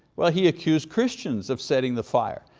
well, he accused christians of setting the fire,